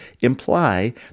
imply